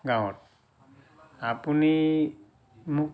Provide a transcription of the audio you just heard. গাঁৱত আপুনি মোক